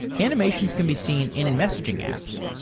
animations can be seen in messaging apps,